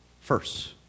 first